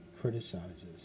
criticizes